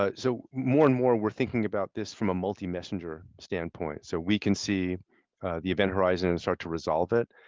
ah so more and more we're thinking about this from a multimessager standpoint. so we can see the event horizon and start to resolve it.